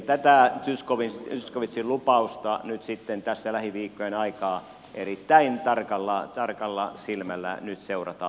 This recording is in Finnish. elikkä tätä zyskowiczin lupausta nyt sitten tässä lähiviikkojen aikana erittäin tarkalla silmällä seurataan